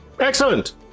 Excellent